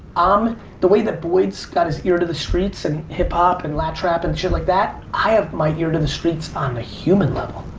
um the way that boyd's got his ear to the streets and hip-hop and lat rap and shit like that i have my ear to the streets on a human level